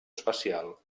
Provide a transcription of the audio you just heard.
espacial